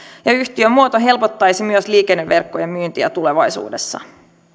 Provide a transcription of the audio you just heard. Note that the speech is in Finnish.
ja yhtiömuoto helpottaisi myös liikenneverkkojen myyntiä tulevaisuudessa